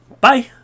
Bye